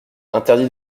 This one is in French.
interdit